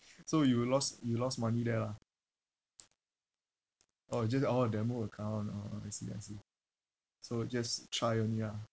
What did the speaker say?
so you lost you lost money there lah orh just orh demo account orh orh I see I see so just try only ah